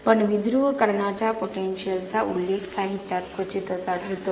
पण विध्रुवीकरणाच्या पोटेन्शियलचा उल्लेख साहित्यात क्वचितच आढळतो